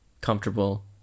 comfortable